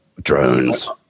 drones